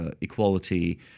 equality